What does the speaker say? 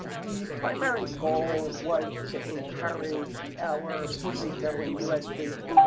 the primary goal was to encourage our puerto rico and us based